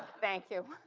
thank you.